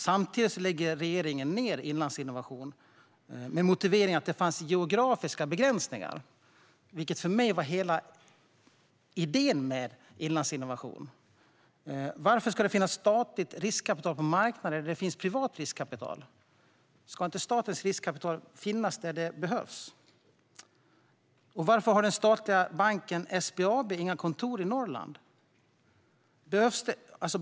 Samtidigt lägger regeringen ned Inlandsinnovation, med motiveringen att det finns geografiska begränsningar - vilket för mig var hela idén med Inlandsinnovation. Varför ska det finnas statligt riskkapital på marknader där det finns privat riskkapital? Ska inte statens riskkapital finnas där det behövs? Och varför har den statliga banken SBAB inga kontor i Norrland?